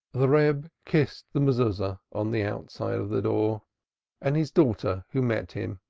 the reb kissed the mezuzah on the outside of the door and his daughter, who met him,